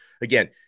again